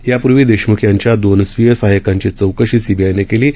यापूर्वी देशमुख यांच्या दोन खाजगी सहाय्यकांची चौकशी सीबीआयनं केली आहे